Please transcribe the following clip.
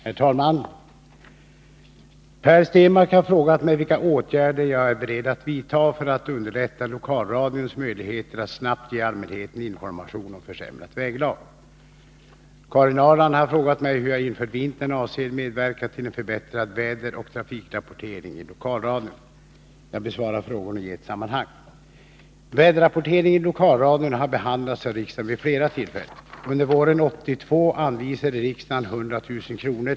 Herr talman! Per Stenmarck har frågat mig vilka åtgärder jag är beredd att vidta för att underlätta lokalradions möjligheter att snabbt ge allmänheten information om försämrat väglag. Karin Ahrland har frågat mig hur jag inför vintern avser medverka till en förbättrad väderoch trafikrapportering i lokalradion. 105 Jag besvarar frågorna i ett sammanhang. Väderrapporteringen i lokalradion har behandlats av riksdagen vid flera tillfällen. Under våren 1982 anvisade riksdagen 100 000 kr.